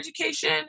education